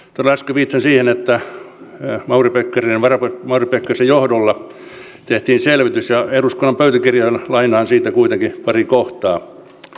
äsken viittasin siihen että mauri pekkarisen johdolla tehtiin selvitys ja eduskunnan pöytäkirjoihin lainaan siitä pari kohtaa